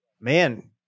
man